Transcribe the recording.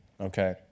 okay